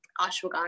ashwagandha